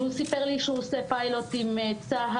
והוא סיפר לי שהוא עושה פיילוט עם צה"ל,